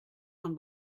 man